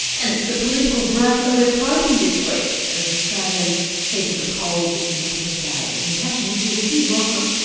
and it's the political brain we're probing this week, as australians head to the polls in a matter of days. natasha mitchell with you, welcome.